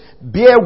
bear